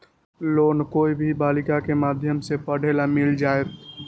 Loan कोई भी बालिका के माध्यम से पढे ला मिल जायत?